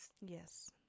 Yes